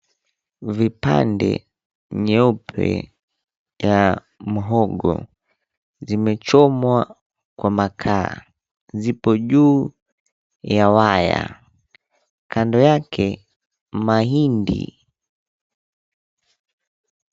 Vipande nyeupe ya mhogo zimechomwa kwa makaa. Zipo juu ya waya. Kando yake, mahindi.